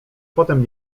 potem